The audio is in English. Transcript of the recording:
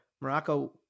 Morocco